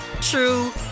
true